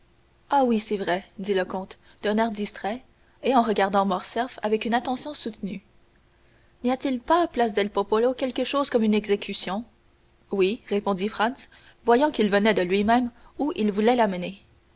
ah oui c'est vrai dit le comte d'un air distrait et en regardant morcerf avec une attention soutenue n'y a-t-il pas place del popolo quelque chose comme une exécution oui répondit franz voyant qu'il venait de lui-même où il voulait l'amener